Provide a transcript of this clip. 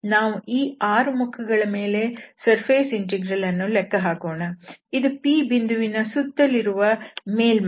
ನಾವು ಈ ಆರು ಮುಖಗಳ ಮೇಲೆ ಸರ್ಫೇಸ್ ಇಂಟೆಗ್ರಲ್ ಅನ್ನು ಲೆಕ್ಕ ಹಾಕೋಣ ಇದು P ಬಿಂದುವಿನ ಸುತ್ತಲಿರುವ ಮೇಲ್ಮೈ